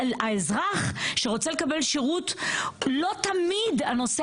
האזרח שרוצה לקבל שירות לא תמיד הנושא